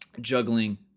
juggling